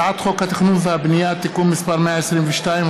הצעת חוק התכנון והבנייה (תיקון מס' 122),